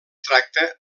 tracta